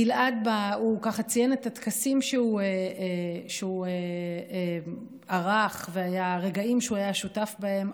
גלעד ציין את הטקסים שהוא ערך והרגעים שהוא היה שותף בהם,